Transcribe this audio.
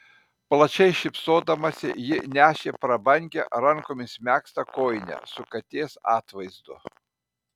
plačiai šypsodamasi ji nešė prabangią rankomis megztą kojinę su katės atvaizdu